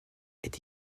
est